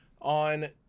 on